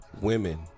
Women